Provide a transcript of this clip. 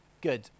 good